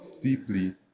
deeply